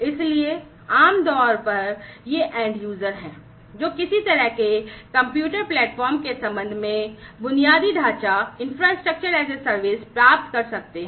इसलिए आम तौर पर ये एंड यूज़र हैं जो किसी तरह के कंप्यूट प्लेटफॉर्म के संबंध में infrastructure as a service प्राप्त कर सकते हैं